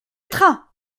train